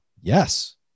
Yes